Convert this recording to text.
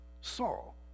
Saul